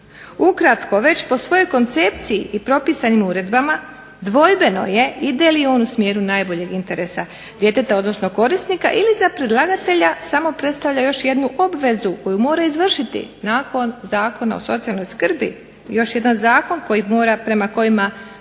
Ukratko već po svojoj koncepciji i propisanim uredbama dvojbeno je ide li on u smjeru najboljeg interesa korisnika ili za predlagatelja samo predstavlja još jednu obvezu koju mora izvršiti? Nakon Zakona o socijalnoj skrbi još jedan zakon koji mora prema kojem